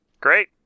Great